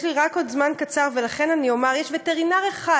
יש לי רק עוד זמן קצר, ולכן אומר: יש וטרינר אחד